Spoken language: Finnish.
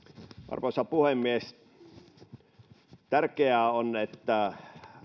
arvoisa puhemies tärkeää on että